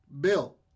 Bill